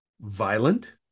violent